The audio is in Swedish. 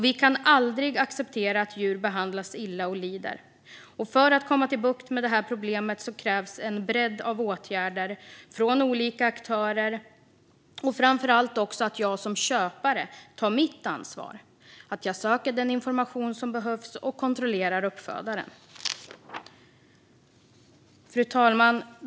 Vi kan aldrig acceptera att djur behandlas illa och lider. För att få bukt med detta problem krävs en bredd av åtgärder från olika aktörer och framför allt att jag som köpare tar mitt ansvar, söker den information som behövs och kontrollerar uppfödaren. Fru talman!